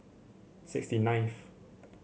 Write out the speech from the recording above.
sixty ninth